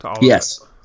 Yes